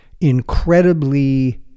incredibly